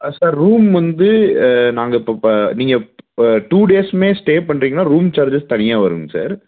sir room வந்து நாங்கள் இப்போ ப நீங்கள் டூ டேஸுமே ஸ்டே பண்ணுறிங்கன்னா ரூம் சார்ஜஸ் தனியாக வருங்க சார்